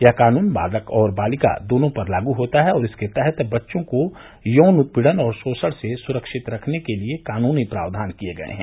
यह कानून बालक और बालिका दोनों पर लागू होता है और इसके तहत बच्चों को यौन उत्पीड़न और शोषण से सुरक्षित रखने के कानूनी प्रावधान किए गए हैं